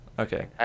okay